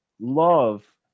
love